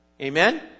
Amen